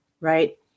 Right